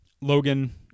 Logan